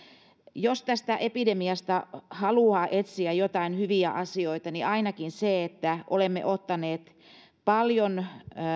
jos tästä epidemiasta haluaa etsiä joitain hyviä asioita niin ainakin se että olemme ottaneet paljon